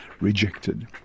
rejected